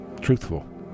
truthful